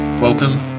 Welcome